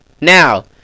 Now